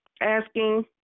asking